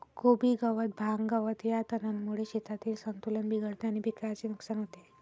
कोबी गवत, भांग, गवत या तणांमुळे शेतातील संतुलन बिघडते आणि पिकाचे नुकसान होते